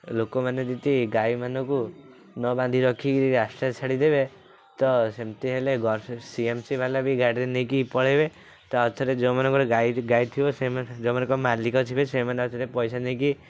ଲୋକମାନେ ଯଦି ଗାଈମାନଙ୍କୁ ନ ବାନ୍ଧି ରଖିକରି ରାସ୍ତାରେ ଛାଡ଼ିଦେବେ ତ ସେମିତି ହେଲେ ଗ ସି ଏମ୍ ସି ବାଲା ବି ଗାଡ଼ିରେ ନେଇକି ପଳେଇବେ ତ ଆଉଥରେ ଯେଉଁମାନଙ୍କର ଗାଈ ଥିବ ଯେଉଁମାନଙ୍କର ମାଲିକ ଥିବେ ସେମାନେ ପଇସା ନେଇକି